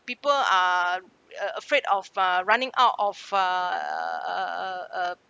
people are a~ afraid of uh running out of uh uh uh